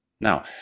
now